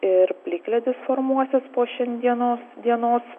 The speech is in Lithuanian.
ir plikledis formuosis po šiandienos dienos